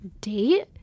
date